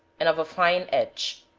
and of a fine edge.